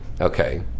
Okay